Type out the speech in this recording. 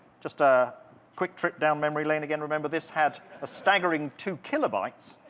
just a quick trip down memory lane again. remember, this had a staggering two kiloybytes,